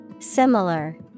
Similar